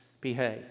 behave